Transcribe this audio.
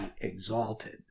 exalted